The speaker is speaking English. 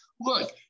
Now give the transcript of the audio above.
Look